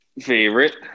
favorite